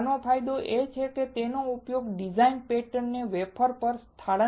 આનો ફાયદો એ છે કે તેનો ઉપયોગ ડિઝાઇન પેટર્ન ને વેફર સપાટી પર સ્થાનાંતરિત કરવા માટે થઈ શકે છે